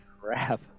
Crap